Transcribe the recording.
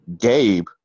Gabe